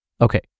Okay